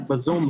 לא.